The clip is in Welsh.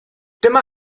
dyma